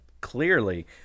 clearly